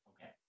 Okay